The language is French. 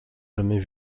jamais